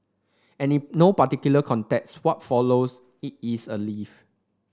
and in no particular context what follows it is a leaf